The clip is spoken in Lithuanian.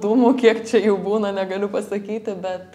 dūmų kiek čia jų būna negaliu pasakyti bet